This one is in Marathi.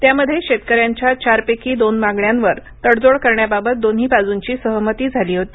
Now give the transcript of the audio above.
त्यामध्ये शेतकऱ्यांच्या चारपैकी दोन मागण्यांवर तडजोड करण्याबाबत दोन्ही बाजूंची सहमती झाली होती